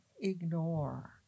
ignore